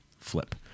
flip